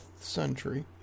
century